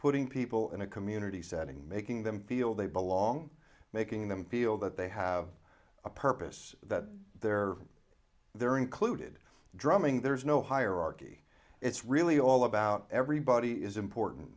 putting people in a community setting making them feel they belong making them feel that they have a purpose that they're they're included drumming there's no hierarchy it's really all about everybody is important